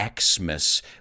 Xmas